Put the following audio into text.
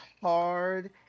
hard